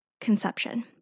conception